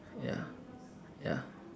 ya ya